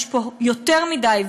יש פה יותר מדי.